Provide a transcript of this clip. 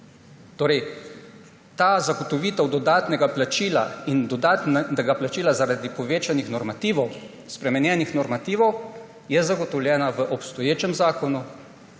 ta zagotovitev dodatnega plačila zaradi povečanih normativov, spremenjenih normativov, je zagotovljena v obstoječem zakonu